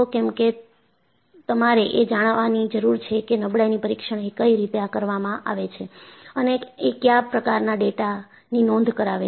કેમ કે તમારે એ જાણવાની જરૂર છે કે નબળાઈની પરીક્ષણ એ કઈ રીતે કરવામાં આવે છે અને એ કયા પ્રકારના ડેટાની નોંધ કરાવે છે